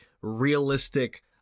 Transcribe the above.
realistic